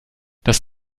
das